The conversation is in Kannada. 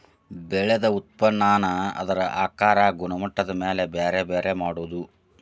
ಬೆಳದ ಉತ್ಪನ್ನಾನ ಅದರ ಆಕಾರಾ ಗುಣಮಟ್ಟದ ಮ್ಯಾಲ ಬ್ಯಾರೆ ಬ್ಯಾರೆ ಮಾಡುದು